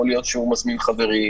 יכול להיות שהוא מזמין חברים,